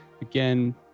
Again